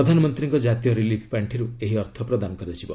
ପ୍ରଧାନମନ୍ତ୍ରୀଙ୍କ ଜାତୀୟ ରିଲିଫ୍ ପାଶ୍ଚିରୁ ଏହି ଅର୍ଥ ପ୍ରଦାନ କରାଯିବ